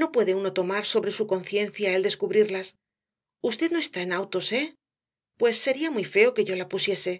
no puede uno tomar sobre su conciencia el descubrirlas v no está en autos eh pues sería muy feo que yo la pusiese